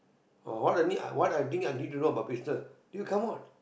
uh what are the need what are the thing I need to know about business it will come out